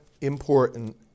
important